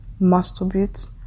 masturbate